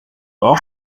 auch